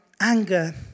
anger